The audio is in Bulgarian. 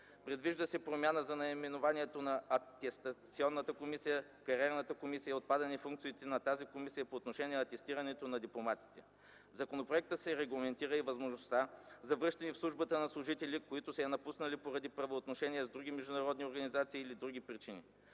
Предвижда се промяна на наименованието на Атестационната комисия в Кариерна комисия и отпадане функциите на тази комисия по отношение атестирането на дипломатите. В законопроекта се регламентира и възможността за връщане в службата на служители, които са я напуснали поради правоотношения с други международни организации или други причини.